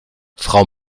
frau